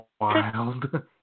wild